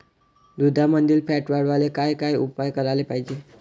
दुधामंदील फॅट वाढवायले काय काय उपाय करायले पाहिजे?